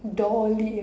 doggy